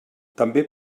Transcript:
també